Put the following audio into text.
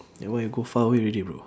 that one you go far away already bro